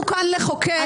אנחנו כאן לחוקק,